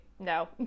No